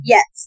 Yes